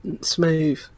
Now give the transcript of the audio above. smooth